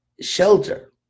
shelter